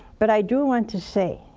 but i do want to say,